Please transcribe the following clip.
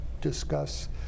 discuss